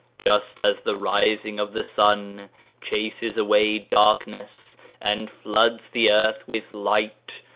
just as the rising of the sun chases away darkness and floods the earth with light,